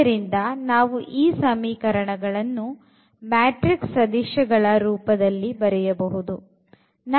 ಆದ್ದರಿಂದ ನಾವು ಈ ಸಮೀಕರಣಗಳನ್ನು ಮ್ಯಾಟ್ರಿಕ್ಸ್ ಸದಿಶಗಳ ರೂಪದಲ್ಲಿ ಬರೆಯಬಹುದು